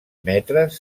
metres